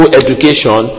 education